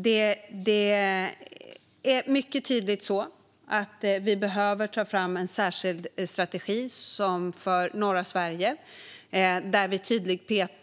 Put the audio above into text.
Det är mycket tydligt att vi behöver ta fram en särskild strategi för norra Sverige där vi